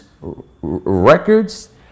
records